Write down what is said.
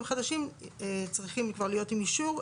חדשים צריכים להיות כבר עם אישור,